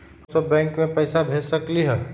हम सब बैंक में पैसा भेज सकली ह?